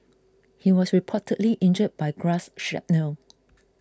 he was reportedly injured by grass shrapnel